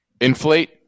Inflate